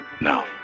now